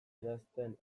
idazten